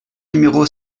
numéro